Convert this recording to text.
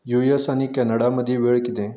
US आनी Canada मदीं वेळ किदें